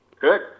Good